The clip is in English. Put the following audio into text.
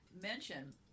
mention